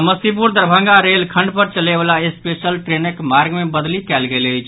समस्तीपुर दरभंगा रेलखंड पर चलयवला स्पेशल ट्रेनक मार्ग मे बदलि कयल गेल अछि